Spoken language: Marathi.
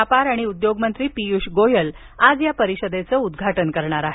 व्यापार आणि उद्योग मंत्री पीयूष गोयल आज या परीषदेचं उद्घाटन करणार आहेत